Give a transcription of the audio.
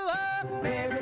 Baby